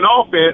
offense